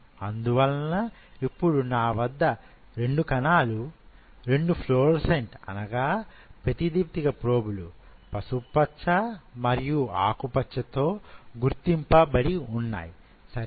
అందువలన ఇప్పుడు నా వద్ద 2 కణాలు 2 ఫ్లోరోసెంట్ అనగా ప్రతిదీప్తిక ప్రొబులు పసుపు పచ్చ మరియు ఆకుపచ్చ తో గుర్తించబడి ఉన్నాయి సరేనా